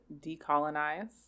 decolonize